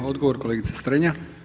Odgovor kolegica Strenja.